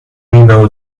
know